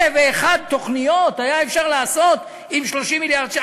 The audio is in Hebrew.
אלף ואחת תוכניות אפשר היה לעשות עם 30 מיליארד.